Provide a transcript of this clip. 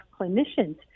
clinicians